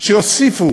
שהוסיפו